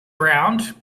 around